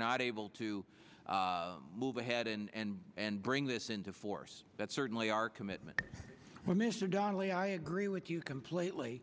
not able to move ahead and and bring this into force that's certainly our commitment mr donnelly i agree with you completely